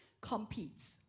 competes